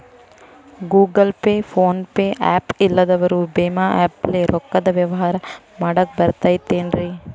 Google pay, phone pay app ಇಲ್ಲದವರು ಭೇಮಾ app ಲೇ ರೊಕ್ಕದ ವ್ಯವಹಾರ ಮಾಡಾಕ್ ಬರತೈತೇನ್ರೇ?